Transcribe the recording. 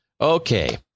Okay